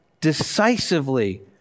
decisively